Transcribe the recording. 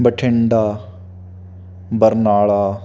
Bathinda Barnala